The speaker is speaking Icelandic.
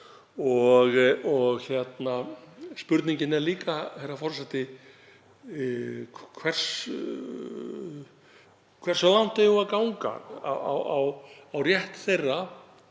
á. Spurningin er líka, herra forseti: Hversu langt eigum við að ganga á rétt þeirra